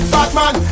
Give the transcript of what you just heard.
Batman